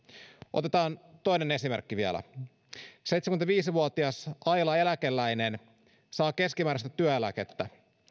otetaan toinen esimerkki vielä seitsemänkymmentäviisi vuotias aila eläkeläinen saa keskimääräistä työeläkettä